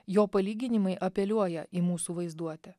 jo palyginimai apeliuoja į mūsų vaizduotę